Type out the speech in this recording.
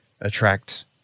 attract